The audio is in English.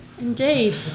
Indeed